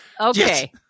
Okay